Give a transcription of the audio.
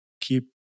keep